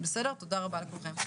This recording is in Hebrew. תודה רבה לכולכם,